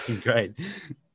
Great